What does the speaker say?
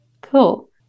Cool